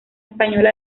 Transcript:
española